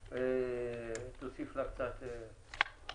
80, תוסיף לה קצת רעידות.